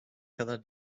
kadar